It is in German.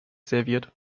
serviert